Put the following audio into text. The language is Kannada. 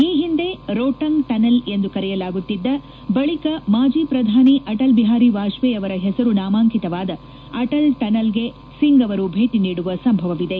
ಈ ಹಿಂದೆ ರೋಟಂಗ್ ಟನೆಲ್ ಎಂದು ಕರೆಯಲಾಗುತ್ತಿದ್ದ ಬಳಿಕ ಮಾಜಿ ಪ್ರಧಾನಿ ಅಟಲ್ ಬಿಹಾರಿ ವಾಜಪೇಯಿ ಅವರ ಹೆಸರು ನಾಮಾಂಕಿತವಾದ ಅಟಲ್ ಟನಲ್ಗೆ ಸಿಂಗ್ ಅವರು ಭೇಟಿ ನೀಡುವ ಸಂಭವವಿದೆ